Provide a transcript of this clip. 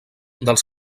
dels